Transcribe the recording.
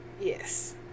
yes